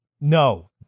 No